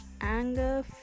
anger